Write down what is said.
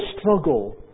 struggle